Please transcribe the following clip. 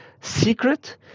secret